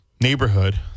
neighborhood